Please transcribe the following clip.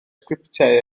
sgriptiau